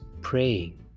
praying